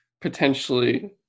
Potentially